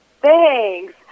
Thanks